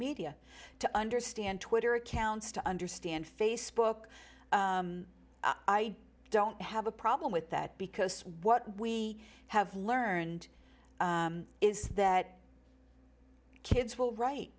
media to understand twitter accounts to understand facebook i don't have a problem with that because what we have learned is that kids will wri